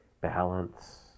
balance